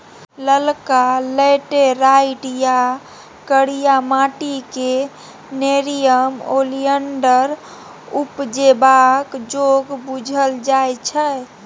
ललका लेटैराइट या करिया माटि क़ेँ नेरियम ओलिएंडर उपजेबाक जोग बुझल जाइ छै